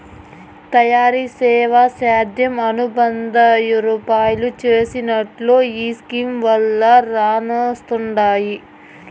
తయారీ, సేవా, సేద్యం అనుబంద యాపారాలు చేసెటోల్లో ఈ స్కీమ్ వల్ల రునాలొస్తండాయి